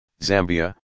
Zambia